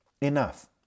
enough